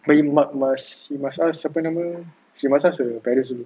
must she must ask siapa nama she must ask her parents also